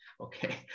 Okay